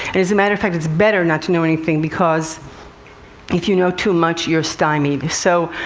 and as a matter of fact, it's better not to know anything, because if you know too much, you're stymied. so,